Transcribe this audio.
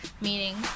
meaning